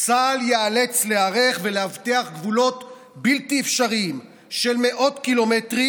צה"ל ייאלץ להיערך ולאבטח גבולות בלתי אפשריים של מאות קילומטרים.